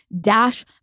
Dash